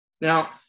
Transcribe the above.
Now